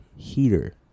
Heater